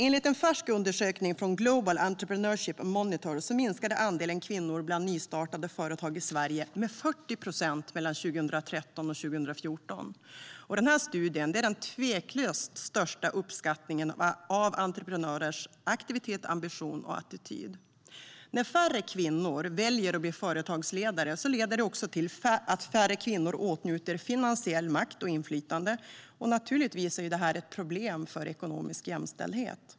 Enligt en färsk undersökning från Global Entrepreneurship Monitor minskade andelen kvinnor i nystartade företag i Sverige med 40 procent mellan 2013 och 2014. Studien är den tveklöst största uppskattningen av entreprenörers aktivitet, ambition och attityd. När färre kvinnor väljer att bli företagsledare leder det till att färre kvinnor åtnjuter finansiell makt och inflytande. Det är naturligtvis ett problem för ekonomisk jämställdhet.